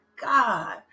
God